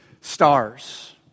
stars